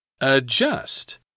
adjust